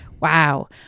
Wow